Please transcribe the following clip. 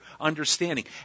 understanding